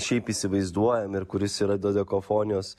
šiaip įsivaizduojam ir kuris yra dodekafonijos